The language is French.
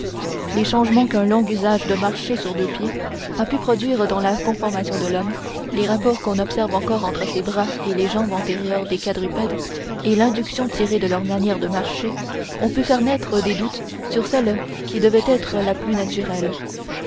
les changements qu'un long usage de marcher sur deux pieds a pu produire dans la conformation de l'homme les rapports qu'on observe encore entre ses bras et les jambes antérieures des quadrupèdes et l'induction tirée de leur manière de marcher ont pu faire naître des doutes sur celle qui devait nous être la plus naturelle